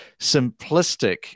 simplistic